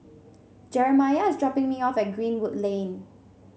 Jeramiah is dropping me off at Greenwood Lane